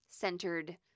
centered